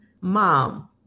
Mom